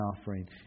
offering